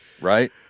right